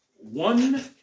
one